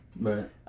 right